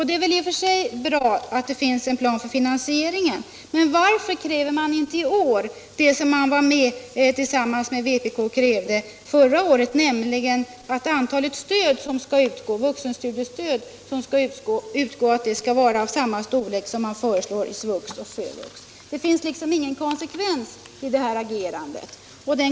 Det är väl i och för sig bra att det finns en plan för finansieringen, men vårför kräver man inte i år det som man tillsammans med vpk krävde förra året, nämligen att antalet vuxenstudiestöd skall vara detsamma som föreslås i SVUX och FÖVUX? Det finns liksom ingen konsekvens i det här agerandet.